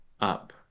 up